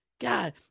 God